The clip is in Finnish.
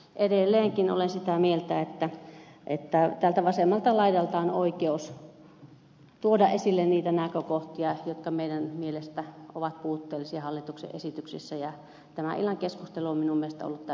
edelleenkin olen sitä mieltä että tältä vasemmalta laidalta on oikeus tuoda esille niitä näkökohtia jotka meidän mielestämme ovat puutteellisia hallituksen esityksissä ja tämän illan keskustelu on minun mielestäni ollut täysin asiallista